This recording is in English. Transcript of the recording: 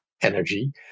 energy